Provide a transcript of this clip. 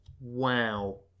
Wow